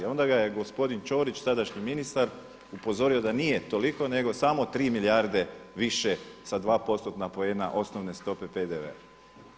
Onda ga je gospodin Ćorić tadašnji ministar upozorio da nije toliko, nego samo 3 milijarde više sa 2%-na poena osnovne stope PDV-a.